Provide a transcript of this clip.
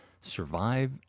survive